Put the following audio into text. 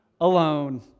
alone